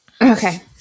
okay